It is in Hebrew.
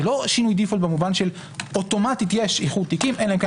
זה לא שינוי דיפולט במובן של אוטומטית יש איחוד תיקים אלא אם